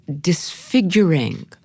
disfiguring